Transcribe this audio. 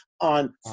on